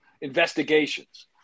investigations